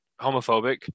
homophobic